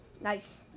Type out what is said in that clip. Nice